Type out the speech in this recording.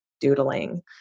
doodling